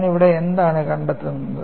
ഞാൻ ഇവിടെ എന്താണ് കണ്ടെത്തുന്നത്